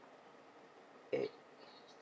okay